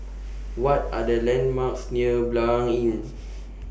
What Are The landmarks near Blanc Inn